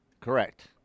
Correct